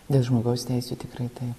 dėl žmogaus teisių tikrai taip